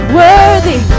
worthy